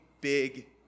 big